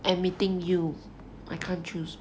and meeting you I can't choose